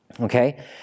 Okay